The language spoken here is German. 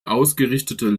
ausgerichtete